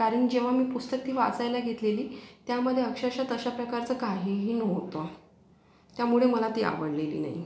कारण जेव्हा मी पुस्तकं वाचायला घेतलेली त्यामध्ये अक्षरशः तशा प्रकारचं काहीही नव्हतं त्यामुळे मला ती आवडलेली नाही